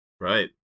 Right